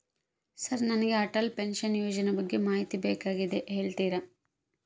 Sir ನನಗೆ Atal pension ಯೋಜನೆ ಬಗ್ಗೆ ಮಾಹಿತಿ ಬೇಕಾಗ್ಯದ ಹೇಳ್ತೇರಾ?